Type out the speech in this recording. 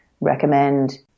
recommend